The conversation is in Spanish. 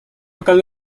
local